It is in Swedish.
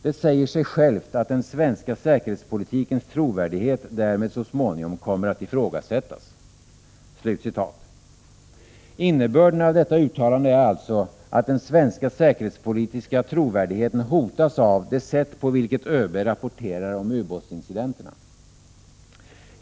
Det säger sig självt, att den svenska säkerhetspolitikens trovärdighet därmed så småningom kommer att ifrågasättas.” Innebörden av detta uttalande är alltså att den svenska säkerhetspolitiska trovärdigheten hotas av det sätt på vilket ÖB rapporterar om ubåtsincidenterna.